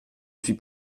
suis